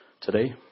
today